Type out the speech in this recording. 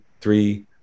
three